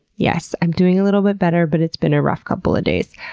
yes, i'm doing a little bit better but it's been a rough couple of days.